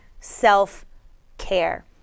self-care